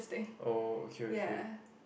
oh okay okay